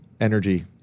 energy